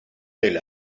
del